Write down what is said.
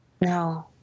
no